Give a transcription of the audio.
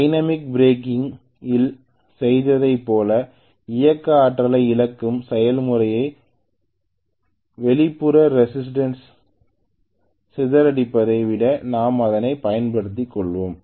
dynamic braking இல் செய்ததை போல இயக்க ஆற்றலை இழக்கும் செயல்முறையை வெளிப்புற ரேசிஸ்டன்ஸ் சிதறடிப்பதை விட நாம் அதனை பயன்படுத்திக் கொள்ளலாம்